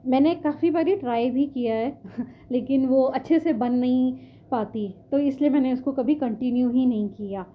میں نے کافی بار یہ ٹرائی بھی کیا ہے لیکن وہ اچھے سے بن نہیں پاتی تو اس لیے میں نے اس کو کبھی کنٹینیو ہی نہیں کیا